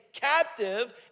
captive